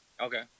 okay